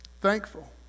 thankful